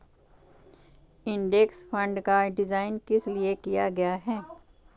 Index fund का design किस लिए किया गया है?